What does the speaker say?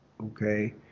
okay